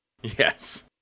Yes